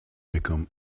become